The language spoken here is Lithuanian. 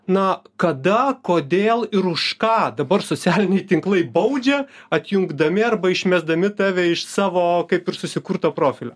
na kada kodėl ir už ką dabar socialiniai tinklai baudžia atjungdami arba išmesdami tave iš savo kaip ir susikurto profilio